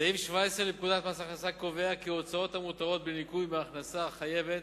סעיף 17 לפקודת מס הכנסה קובע כי הוצאות המותרות בניכוי מההכנסה החייבת